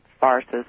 farces